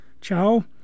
Ciao